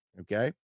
okay